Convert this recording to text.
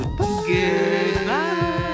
Goodbye